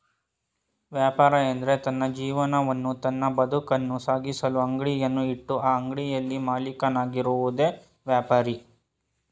ವ್ಯಾಪಾರ ಎಂದ್ರೆ ತನ್ನ ಜೀವನವನ್ನು ತನ್ನ ಬದುಕನ್ನು ಸಾಗಿಸಲು ಅಂಗಡಿಯನ್ನು ಇಟ್ಟು ಆ ಅಂಗಡಿಯಲ್ಲಿ ಮಾಲೀಕನಾಗಿರುವುದೆ ವ್ಯಾಪಾರಿ